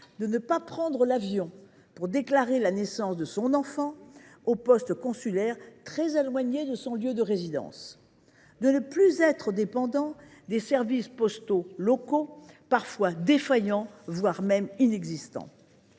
de prendre l’avion pour déclarer la naissance de son enfant dans un poste consulaire très éloigné de son lieu de résidence, et ne sera plus dépendant des services postaux locaux, parfois défaillants, voire inexistants.